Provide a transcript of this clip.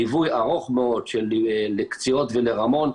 ליווי ארוך מאוד לקציעות ולרמון,